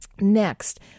Next